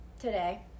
today